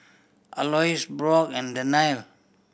Aloys Brock and